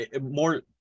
more